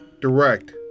direct